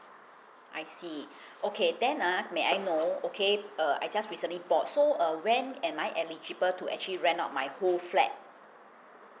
I see okay then ah may I know okay uh I just recently bought so err when am I eligible to actually rent out my whole flat